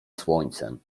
słońcem